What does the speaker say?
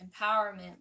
empowerment